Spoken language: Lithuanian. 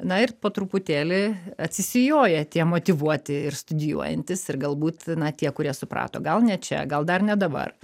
na ir po truputėlį atsisijoja tie motyvuoti ir studijuojantys ir galbūt na tie kurie suprato gal ne čia gal dar ne dabar